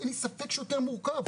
אין לי ספק שזה יותר מורכב,